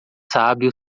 sábio